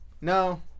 No